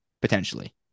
potentially